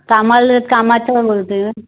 कामाला कामाचं बोलते ग